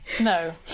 no